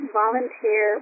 volunteer